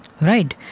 right